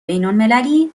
بینالمللی